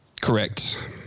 correct